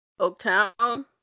Oaktown